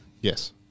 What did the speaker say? Yes